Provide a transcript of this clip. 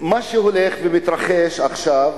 מה שהולך ומתרחש עכשיו,